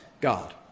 God